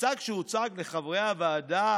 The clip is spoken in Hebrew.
"המצג שהוצג לחברי הוועדה